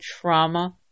trauma